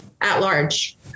At-large